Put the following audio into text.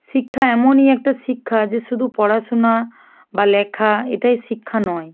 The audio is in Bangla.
শিক্ষা এমনই একটা শিক্ষা যে শুধু পড়াশোনা বা লেখা এটাই শিক্ষা নয়